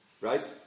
right